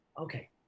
Okay